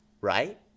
Right